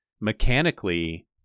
mechanically